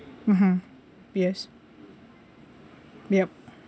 mmhmm yes ya